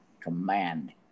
command